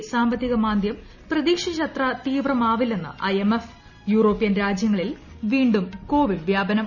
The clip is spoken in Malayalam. ലോകത്തെ സാമ്പത്തിക മാന്ദൃം പ്രതീക്ഷച്ചത്ര തീപ്രമാവില്ലെന്ന് ഐഎംഫ് യൂറോപ്യൻ രാജ്യങ്ങളിൽ വീണ്ടും കോവിഡ് വ്യാപനം